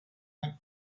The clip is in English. went